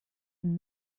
than